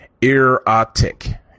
erotic